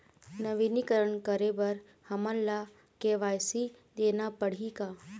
नवीनीकरण करे बर हमन ला के.वाई.सी देना पड़ही का?